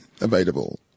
available